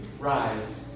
rise